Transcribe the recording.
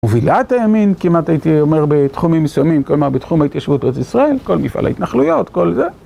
מובילה את הימין, כמעט הייתי אומר בתחומים מסוימים, כלומר בתחום ההתיישבות בארץ ישראל, כל מפעל ההתנחלויות, כל זה.